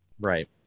Right